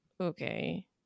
okay